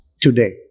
today